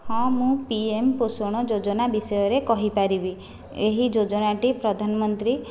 ହଁ ମୁଁ ପିଏମ୍ ପୋଷଣ ଯୋଜନା ବିଷୟରେ କହି ପାରିବି ଏହି ଯୋଜନାଟି ପ୍ରଧାନମନ୍ତ୍ରୀ